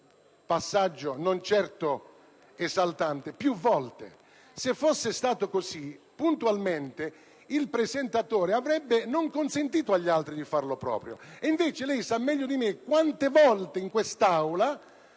passaggio, non certo esaltante.